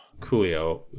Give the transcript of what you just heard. Coolio